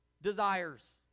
desires